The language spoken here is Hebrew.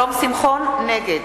נגד